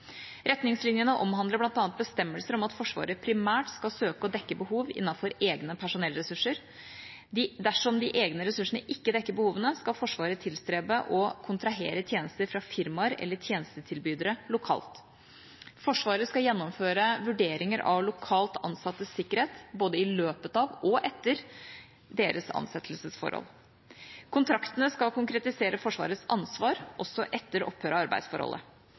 Retningslinjene omhandler bl.a. bestemmelser om at Forsvaret primært skal søke å dekke behov innenfor egne personellressurser. Dersom de egne ressursene ikke dekker behovene, skal Forsvaret tilstrebe å kontrahere tjenester fra firmaer eller tjenestetilbydere lokalt. Forsvaret skal gjennomføre vurderinger av lokalt ansattes sikkerhet både i løpet av og etter deres ansettelsesforhold. Kontraktene skal konkretisere Forsvarets ansvar, også etter opphør av arbeidsforholdet.